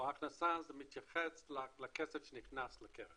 לא, הכנסה זה מתייחס לכסף שנכנס לקרן.